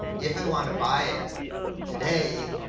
if i wanna buy it today,